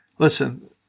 Listen